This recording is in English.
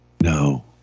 No